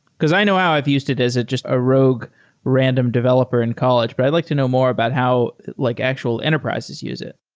because i know how i've used it as just a rogue random developer in college, but i'd like to know more about how like actual enterprises use it.